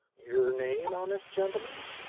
your name, honest gentleman?